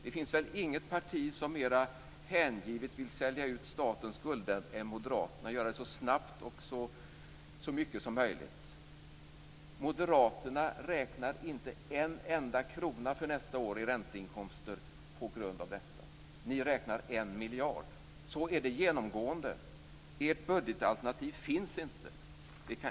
Det finns väl inget annat parti som mer hängivet vill sälja ut statens egendom än vad Moderaterna vill så snabbt och så mycket som möjligt. Moderaterna räknar inte en enda krona för nästa år i ränteinkomster på grund av detta. Folkpartiet räknar 1 miljard. Så är det genomgående. Ert budgetalternativ finns inte.